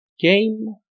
game